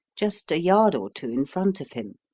just a yard or two in front of him.